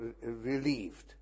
relieved